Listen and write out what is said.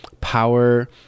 power